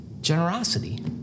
generosity